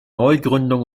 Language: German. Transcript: neugründungen